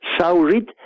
Saurit